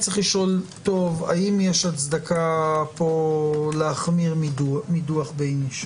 צריך לשאול טוב האם יש פה הצדקה להחמיר לעומת דוח בייניש.